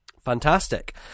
fantastic